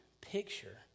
picture